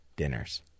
dinners